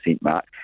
mark